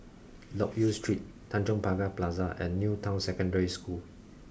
Loke Yew Street Tanjong Pagar Plaza and New Town Secondary School